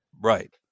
right